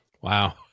Wow